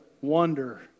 wonder